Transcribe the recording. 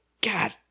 God